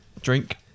drink